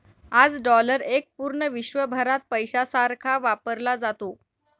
आज डॉलर एक पूर्ण विश्वभरात पैशासारखा वापरला जातो